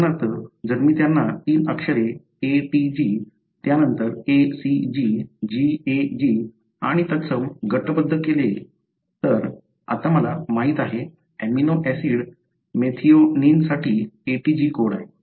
उदाहरणार्थ जर मी त्यांना तीन अक्षरे atg त्यानंतर acg gag आणि तत्सम गटबद्ध केले तर आता मला माहित आहे एमिनो ऍसिड मेथिओनिनसाठी atg कोड